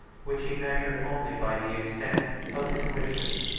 which he measured only by the extent of his wishes.